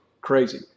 Crazy